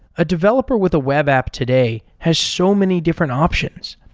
a developer with a web app today has so many different options.